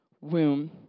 womb